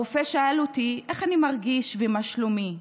הרופא שאל אותי איך אני מרגיש ומה שלומי.